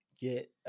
get